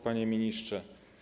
Panie Ministrze!